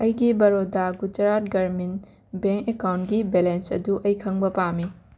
ꯑꯩꯒꯤ ꯕꯔꯣꯗꯥ ꯒꯨꯖꯔꯥꯠ ꯒ꯭ꯔꯥꯃꯤꯟ ꯕꯦꯡꯛ ꯑꯦꯀꯥꯎꯟꯒꯤ ꯕꯦꯂꯦꯟꯁ ꯑꯗꯨ ꯑꯩ ꯈꯪꯕ ꯄꯥꯝꯃꯤ